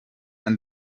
and